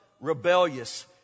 rebellious